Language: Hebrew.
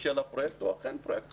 של הפרויקט והוא אכן פרויקט חשוב.